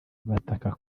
bataka